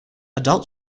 adult